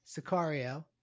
Sicario